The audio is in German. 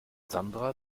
sandra